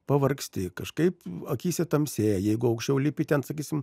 pavargsti kažkaip akyse tamsėja jeigu aukščiau lipi ten sakysim